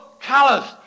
callous